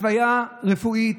התוויה רפואית,